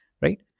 right